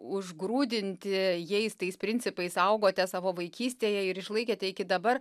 užgrūdinti jais tais principais augote savo vaikystėje ir išlaikėte iki dabar